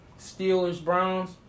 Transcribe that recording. Steelers-Browns